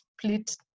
split